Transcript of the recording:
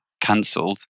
cancelled